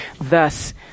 Thus